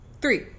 Three